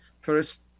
first